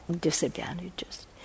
disadvantages